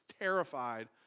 terrified